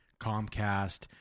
Comcast